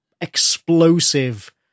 explosive